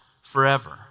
forever